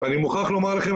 ואני מוכרח לומר לכם,